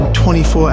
24